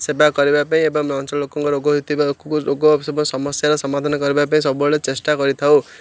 ସେବା କରିବା ପାଇଁ ଏବଂ ଅଞ୍ଚଳ ଲୋକଙ୍କ ରୋଗ ହୋଇଥିବା ରୋଗ ସବୁ ସମସ୍ୟାର ସମାଧାନ କରିବା ପାଇଁ ସବୁବେଳେ ଚେଷ୍ଟା କରିଥାଉ